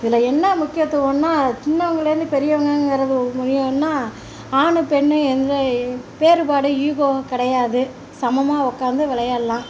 இதில் என்ன முக்கியத்துவம்னா சின்னவங்கலேந்து பெரியவங்கன்றது ஒரு மூலியனா ஆண்ணு பெண்ணு எந்த வேறுபாடு ஈகோ கிடையாது சமமாக உட்காந்து விளையாட்லாம்